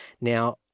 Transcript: Now